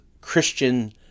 Christian